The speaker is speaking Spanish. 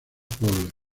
pobres